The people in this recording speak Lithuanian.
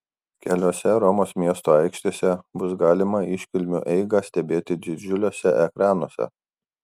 keliose romos miesto aikštėse bus galima iškilmių eigą stebėti didžiuliuose ekranuose